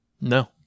No